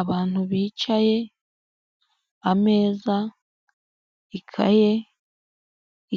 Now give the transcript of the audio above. Abantu bicaye, ameza, ikaye,